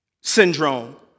syndrome